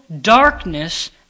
darkness